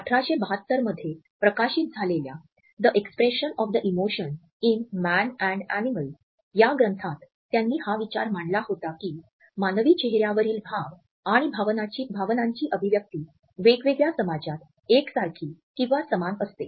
१८७२ मध्ये प्रकाशित झालेल्या 'the expression of the emotions in man and animals' या ग्रंथात त्यांनी हा विचार मांडला होता की मानवी चेहऱ्यावरील भाव आणि भावनाची अभिव्यक्ती वेगवेगळ्या समाजात एकसारखी किंवा समान असते